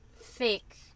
fake